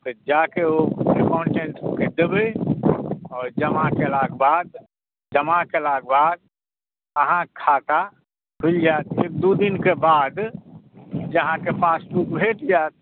जा कऽ ओ अकाउनटेंटकेँ देबै आओर जमा केलाक बाद जमा केलाक बाद अहाँक खाता खुलि जायत एक दू दिनके बाद अहाँकेँ पासबुक भेटि जायत